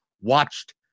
watched